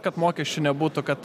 kad mokesčių nebūtų kad